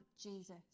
Jesus